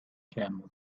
camel